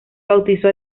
bautizó